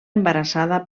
embarassada